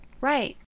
Right